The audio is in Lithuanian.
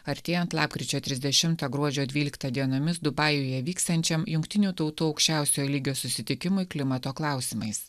artėjant lapkričio trisdešimtą gruodžio dvyliktą dienomis dubajuje vyksiančiam jungtinių tautų aukščiausiojo lygio susitikimui klimato klausimais